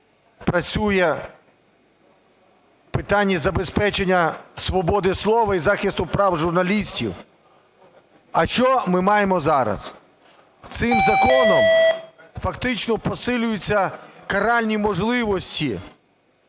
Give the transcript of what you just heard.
працює в питанні забезпечення свободи слова і захисту прав журналістів. А що ми маємо зараз? Цим законом фактично посилюються каральні можливості